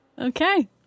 Okay